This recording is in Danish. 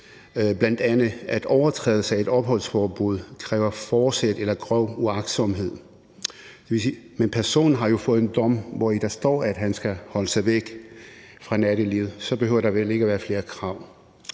bl.a. det, at overtrædelsen af et opholdsforbud kræver forsæt eller grov uagtsomhed. Personen har jo fået en dom, hvor der står, at han skal holde sig væk fra nattelivet, og så behøver der vel ikke være flere krav.